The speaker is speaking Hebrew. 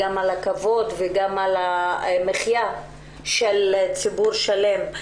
הכבוד והמחיה של ציבור שלם.